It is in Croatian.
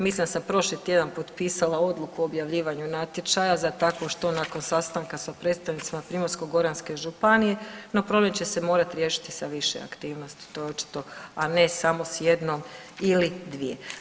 Mislim da sam prošli tjedan potpisala odluku o objavljivanju natječaja za takvo što nakon sastanka sa predstavnicima Primorsko-goranske županije, no problem će se morati riješiti sa više aktivnosti to je očito, a ne samo s jednom ili dvije.